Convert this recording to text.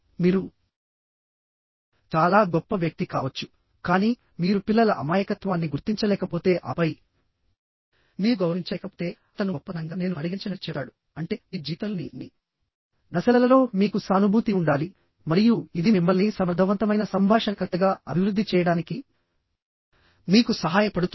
కాబట్టిమీరు చాలా గొప్ప వ్యక్తి కావచ్చుకానీ మీరు పిల్లల అమాయకత్వాన్ని గుర్తించలేకపోతేఆపై మీరు గౌరవించలేకపోతేఅతను గొప్పతనంగా నేను పరిగణించనని చెప్తాడు అంటే మీ జీవితంలోని అన్ని దశలలో మీకు సానుభూతి ఉండాలి మరియు ఇది మిమ్మల్ని సమర్థవంతమైన సంభాషణకర్తగా అభివృద్ధి చేయడానికి మీకు సహాయపడుతుంది